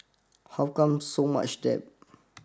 how come so much debt